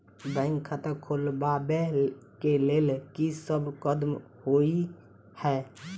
Bank खाता खोलबाबै केँ लेल की सब कदम होइ हय?